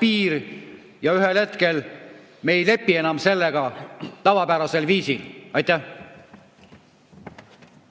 piir ja ühel hetkel me ei lepi enam sellega tavapärasel viisil. Aitäh!